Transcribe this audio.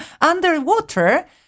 underwater